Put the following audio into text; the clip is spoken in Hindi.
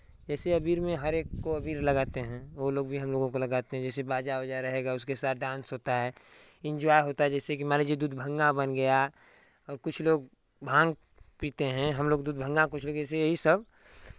जैसे अबीर में हर एक को अबीर लगाते हैं वो लोग भी हम लोगों को अबीर लगाते हैं जैसे बाजा उजा रहेगा उसके साथ डांस होता है इंज्वाय होता है जैसेकि मान लीजिए दूध भंगा बन गया और कुछ लोग भांग पीते हैं हम लोग दूध भंगा कुछ ना कुछ तो यही सब